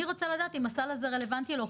אני רוצה לדעת אם הסל הזה רלוונטי או לא.